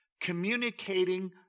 communicating